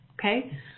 okay